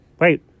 Wait